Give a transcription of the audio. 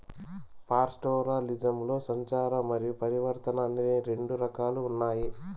పాస్టోరలిజంలో సంచారము మరియు పరివర్తన అని రెండు రకాలు ఉన్నాయి